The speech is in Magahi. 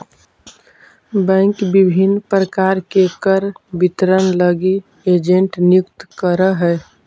बैंक विभिन्न प्रकार के कर वितरण लगी एजेंट नियुक्त करऽ हइ